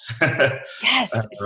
Yes